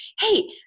hey